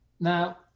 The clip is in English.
Now